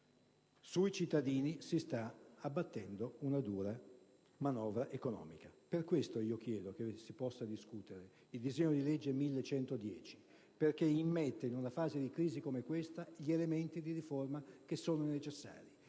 sui cittadini si sta abbattendo una dura manovra economica. Per questo io chiedo che si possa discutere il disegno di legge n. 1110, che immette in una fase di crisi come questa gli elementi di riforma necessari.